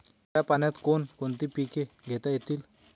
खाऱ्या पाण्यात कोण कोणती पिके घेता येतील?